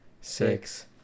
six